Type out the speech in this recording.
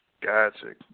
Gotcha